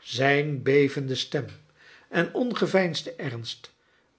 zijn bevende stem en ongeveinsde ernst